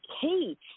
Kate